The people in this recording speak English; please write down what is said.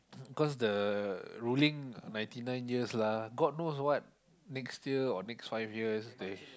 cause the ruling ninety nine years lah god knows what next year or next five years they